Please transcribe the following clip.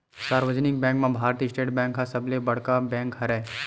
सार्वजनिक बेंक म भारतीय स्टेट बेंक ह सबले बड़का बेंक हरय